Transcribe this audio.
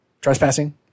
trespassing